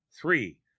three